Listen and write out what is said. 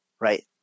right